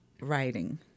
writing